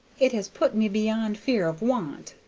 it has put me beyond fear of want,